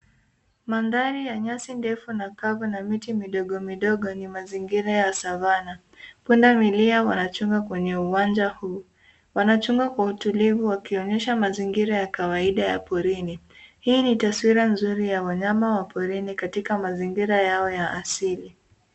Mandhari ya nyasi ndefu na kavu na miti midogo midogo, ni mazingira ya savana. Pundamilia, wanachunga kwenye uwanja huu. Wanachunga kwa utulivu, wakionyesha mazingira ya kawaida ya porini. Hii ni taswira nzuri ya wanyama wa porini katika mazingira yao ya asili.